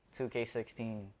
2K16